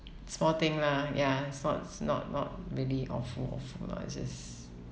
small thing lah ya it's not not not really awful awful lah it's just